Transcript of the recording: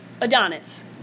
Adonis